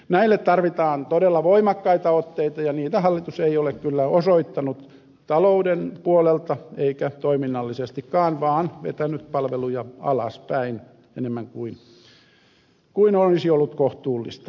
näille tarvitaan todella voimakkaita otteita ja niitä hallitus ei ole kyllä osoittanut talouden puolelta eikä toiminnallisestikaan vaan on vetänyt palveluja alaspäin enemmän kuin olisi ollut kohtuullista